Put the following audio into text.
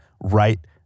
right